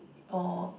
or